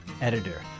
Editor